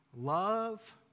love